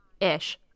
ish